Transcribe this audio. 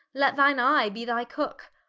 let thine eye be thy cooke.